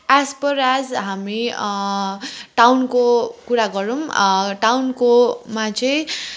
S per age हामी टाउनको कुरा गरौँ टाउनकोमा चाहिँ